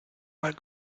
mal